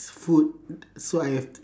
food so I have